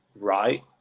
right